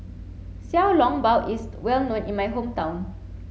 Xiao Long Bao is well known in my hometown